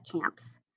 camps